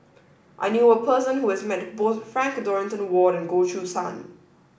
I knew a person who has met both Frank Dorrington Ward and Goh Choo San